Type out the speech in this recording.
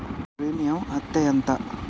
Premium అత్తే ఎంత?